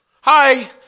Hi